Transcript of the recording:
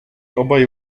obaj